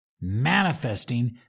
manifesting